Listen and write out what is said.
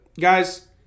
Guys